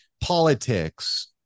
politics